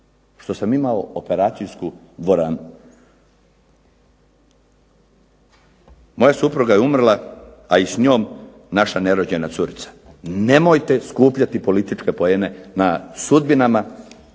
što sam imao operacijsku dvoranu. Moja supruga je umrla, a i s njom naša nerođena curica. Nemojte skupljati političke poene na sudbinama